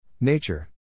Nature